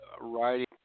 writing